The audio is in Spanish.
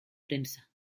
prensa